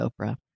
Oprah